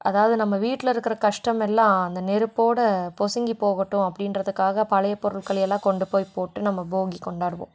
அதாவது நம்ம வீட்டில் இருக்கிற கஷ்டமெல்லாம் அந்த நெருப்போட பொசுங்கி போகட்டும் அப்படின்றதுக்காக பழைய பொருட்களையெல்லாம் கொண்டு போய் போட்டு நம்ம போகி கொண்டாடுவோம்